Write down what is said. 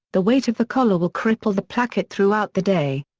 the weight of the collar will cripple the placket throughout the day.